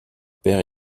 père